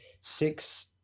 six